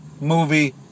movie